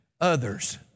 others